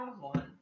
one